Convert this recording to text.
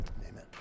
Amen